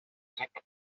check